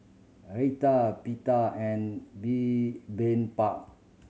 Raita Pita and Bibimbap